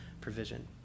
provision